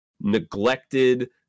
neglected